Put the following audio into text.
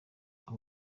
abo